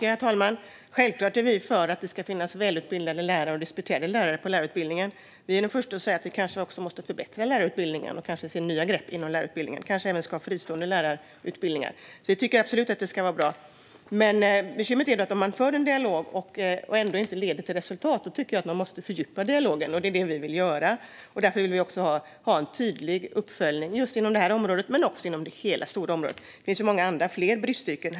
Herr talman! Självklart är vi för att det ska finnas välutbildade och disputerade lärare på lärarutbildningen. Vi är också de första att säga att vi kanske måste förbättra lärarutbildningen och se nya grepp inom utbildningen. Vi kanske även ska ha fristående lärarutbildningar. Vi tycker absolut att det vore bra. Bekymret är dock att man för en dialog men att det ändå inte leder till resultat. Då tycker jag att man måste fördjupa dialogen, och det är det vi vill göra. Därför vill vi också ha en tydlig uppföljning inom just detta område, men också inom hela det stora området. Det finns ju många andra bristyrken.